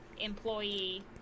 employee